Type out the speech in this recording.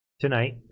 tonight